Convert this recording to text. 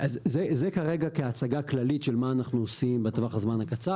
אז זה כרגע כהצגה כללית של מה אנחנו עושים בטווח הקצר,